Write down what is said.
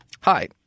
Hi